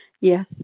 Yes